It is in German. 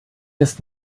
ist